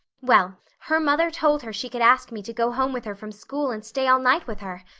well, her mother told her she could ask me to go home with her from school and stay all night with her.